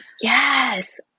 Yes